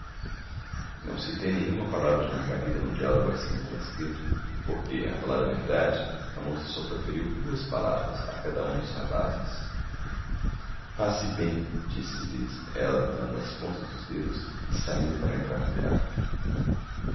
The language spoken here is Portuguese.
ver não citei nenhuma palavra de margarida no diálogo acima transcrito porque a falar verdade a moça só proferiu duas palavras a cada um dos rapazes passe bem disse-lhes ela dando as pontas dos dedos e saindo para entrar no carro